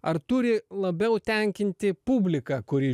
ar turi labiau tenkinti publiką kuri